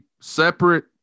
separate